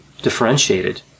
differentiated